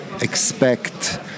expect